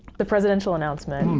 the presidential announcement,